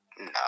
No